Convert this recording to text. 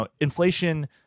Inflation